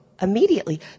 immediately